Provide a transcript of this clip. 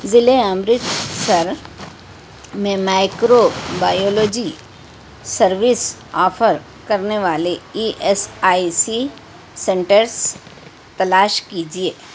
ضلعے امرتسر میں microbiology service offer کرنے والے E S I C centres تلاش کیجیے